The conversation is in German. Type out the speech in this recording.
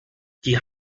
die